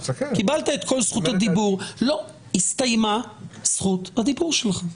קיבלת את זכות הדיבור והסתיימה זכות הדיבור שלך,